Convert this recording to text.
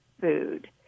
food